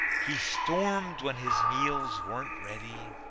he stormed when his meals weren't ready,